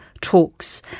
talks